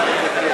התשע"ג 2013,